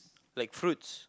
like fruits